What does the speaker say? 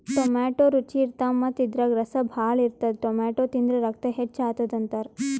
tomato ರುಚಿ ಇರ್ತವ್ ಮತ್ತ್ ಇದ್ರಾಗ್ ರಸ ಭಾಳ್ ಇರ್ತದ್ ಟೊಮ್ಯಾಟೋ ತಿಂದ್ರ್ ರಕ್ತ ಹೆಚ್ಚ್ ಆತದ್ ಅಂತಾರ್